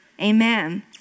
Amen